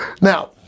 Now